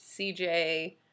CJ